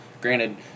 granted